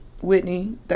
Whitney